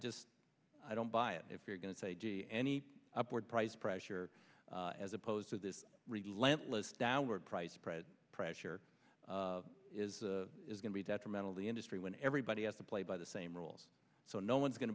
just i don't buy it if you're going to say gee any upward price pressure as opposed to this relentless downward price pressure is the is going to be detrimental to the industry when everybody has to play by the same rules so no one's going